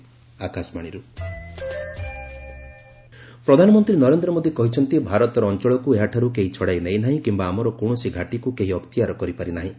PM ପ୍ରଧାନମନ୍ତ୍ରୀ ନରେନ୍ଦ୍ର ମୋଦି କହିଛନ୍ତି ଭାରତର ଅଞ୍ଚଳକୁ ଏହାଠାରୁ କେହି ଛଡାଇ ନେଇନାହିଁ କିମ୍ବା ଆମର କୌଣସି ଘାଟୀକୁ କେହି ଅକ୍ତିଆର କରିପାରିନାହିଁ